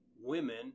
women